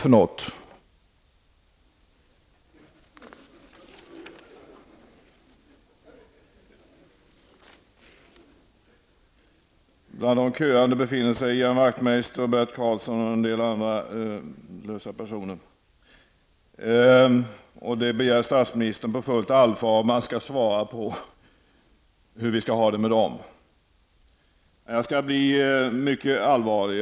Bland de köande befinner sig Ian Wachtmeister, Bert Karlsson och annat löst folk. Statsministern begär på fullt allvar att man skall svara på hur vi skall ha det med dem. Jag skall bli mycket allvarlig.